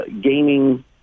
Gaming